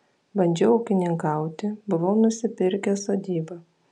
bandžiau ūkininkauti buvau nusipirkęs sodybą